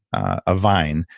a vine,